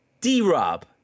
D-Rob